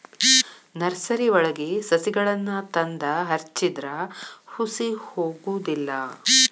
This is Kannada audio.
ನರ್ಸರಿವಳಗಿ ಸಸಿಗಳನ್ನಾ ತಂದ ಹಚ್ಚಿದ್ರ ಹುಸಿ ಹೊಗುದಿಲ್ಲಾ